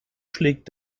schlägt